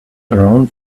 around